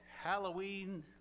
Halloween